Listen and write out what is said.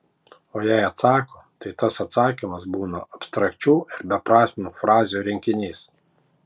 o jei atsako tai tas atsakymas būna abstrakčių ir beprasmių frazių rinkinys